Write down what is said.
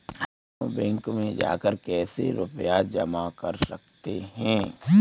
हम बैंक में जाकर कैसे रुपया जमा कर सकते हैं?